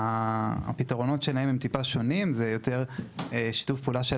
האם הפתרון הזה יכלול גם את הפרט המזהה?